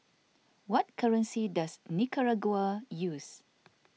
what currency does Nicaragua use